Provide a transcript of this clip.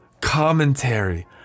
commentary